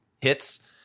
hits